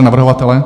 Navrhovatel?